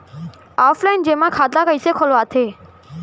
Offline जेमा खाता कइसे खोलवाथे?